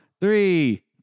Three